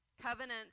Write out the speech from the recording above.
Covenants